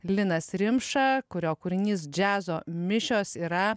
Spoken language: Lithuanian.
linas rimša kurio kūrinys džiazo mišios yra